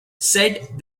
said